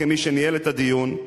כמי שניהל את הדיון,